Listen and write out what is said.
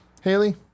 Haley